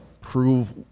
prove